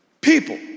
people